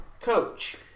coach